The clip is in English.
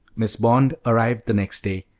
miss bond arrived the next day,